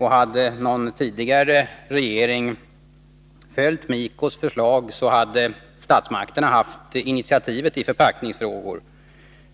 Hade någon tidigare regering följt MIKO:s förslag, hade statsmakterna haft initiativet i förpackningsfrågor.